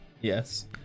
Yes